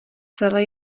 celé